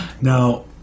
Now